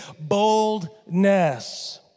boldness